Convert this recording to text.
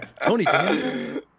Tony